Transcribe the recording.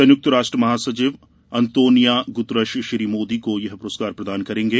संयुक्त राष्ट्र महासचिव अंतोनियो गुतरश श्री मोदी को यह पुरस्कार प्रदान करेंगे